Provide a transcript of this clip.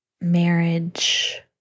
marriage